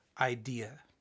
idea